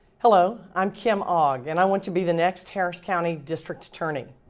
hello, i'm kim ogg, and i want to be the next harris county district attorney.